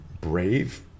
brave